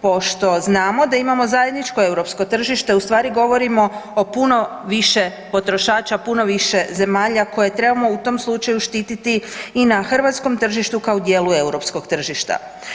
Pošto znamo da imamo zajedničko europsko tržište u stvari govorimo o puno više potrošača, puno više zemalja koje trebamo u tom slučaju štititi i na hrvatskom tržištu kao dijelu europskog tržišta.